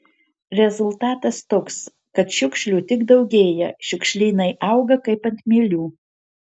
rezultatas toks kad šiukšlių tik daugėja šiukšlynai auga kaip ant mielių